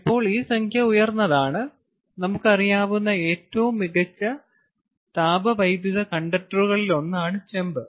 ഇപ്പോൾ ഈ സംഖ്യ ഉയർന്നതാണ് നമുക്ക് അറിയാവുന്ന ഏറ്റവും മികച്ച താപവൈദ്യുത കണ്ടക്ടറുകളിലൊന്നാണ് ചെമ്പ്